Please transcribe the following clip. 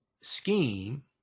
scheme